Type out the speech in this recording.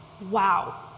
Wow